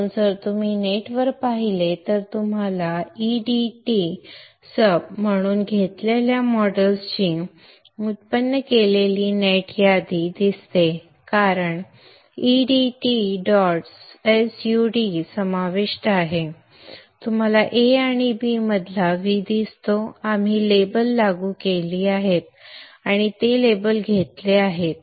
म्हणून जर तुम्ही नेटवर पाहिले तर तुम्हाला edt sub मधून घेतलेल्या मॉडेलची व्युत्पन्न केलेली नेट यादी दिसते कारण edt dot sud समाविष्ट आहे तुम्हाला a आणि b मधला V दिसतो आम्ही लेबल लागू केली आहेत आणि ते लेबल घेतले आहे